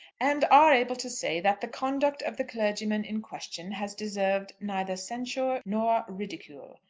and are able to say that the conduct of the clergyman in question has deserved neither censure nor ridicule.